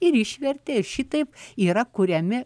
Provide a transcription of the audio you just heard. ir išvertė šitaip yra kuriami